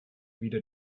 wieder